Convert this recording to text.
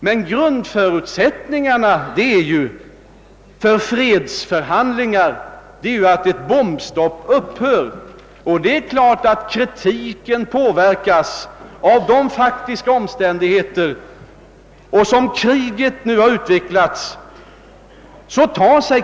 Men grundförutsättningen för att kunna uppta fredsförhandlingar är ju att bombningarna upphör — och det är givet att kritiken påverkas av de faktiska omständigheterna och tar sig fränare uttryck allteftersom kriget utvecklar sig.